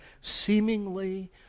seemingly